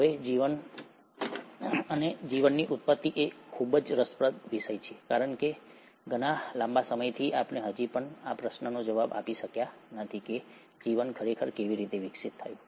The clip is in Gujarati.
હવે જીવન અથવા જીવનની ઉત્પત્તિ એ એક ખૂબ જ રસપ્રદ વિષય છે કારણ કે ઘણા લાંબા સમયથી આપણે હજી પણ આ પ્રશ્નનો જવાબ આપી શક્યા નથી કે જીવન ખરેખર કેવી રીતે વિકસિત થયું